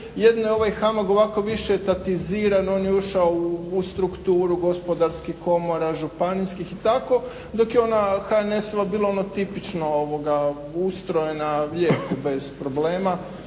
Jedino je ovaj HAMAG ovako više tatiziran, on je ušao u strukturu gospodarskih komora, županijskih i tako, dok je ona HNS-ova bila ono tipično ustrojena lijepo, bez problema